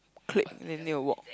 click then they need to walk